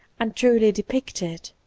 and truly depicted!